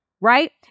right